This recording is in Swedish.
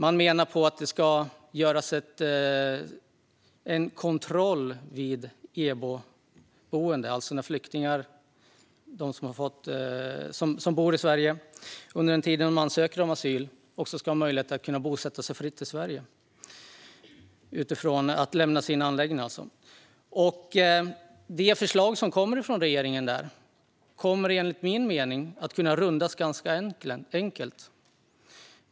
Man menar att det ska göras en kontroll vid EBO, som alltså innebär att flyktingar i Sverige under den tid de söker asyl ska ha möjlighet att bosätta sig fritt i Sverige, att lämna sin anläggning. Regeringens förslag kommer enligt min mening att kunna rundas ganska enkelt.